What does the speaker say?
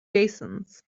basins